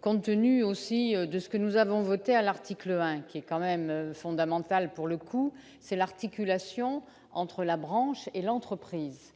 compte tenu aussi de ce que nous avons voté, à l'article 1 qui est quand même fondamental pour le coup c'est l'articulation entre la branche et l'entreprise